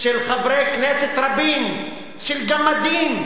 של חברי כנסת רבים, של גמדים,